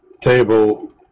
table